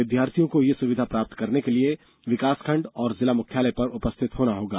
विद्यार्थियों को यह सुविधा प्राप्त करने के लिए विकासखंड और जिला मुख्यालय में उपस्थित होना होगा